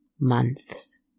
Months